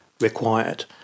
required